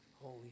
holy